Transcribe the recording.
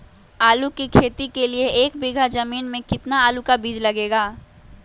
आलू की खेती के लिए एक बीघा जमीन में कितना आलू का बीज लगेगा?